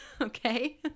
Okay